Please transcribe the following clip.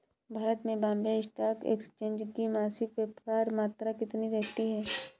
भारत में Bombay stock exchange की मासिक व्यापार मात्रा कितनी रहती है?